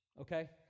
Okay